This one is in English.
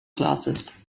glasses